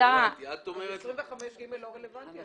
סעיף 25ג לא רלוונטי.